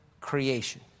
creation